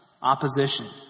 opposition